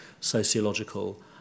sociological